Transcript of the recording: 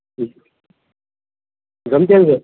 हं जमते नं सर